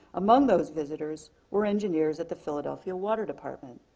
among those visitors were engineers at the philadelphia water department.